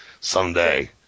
someday